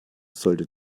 sollte